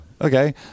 Okay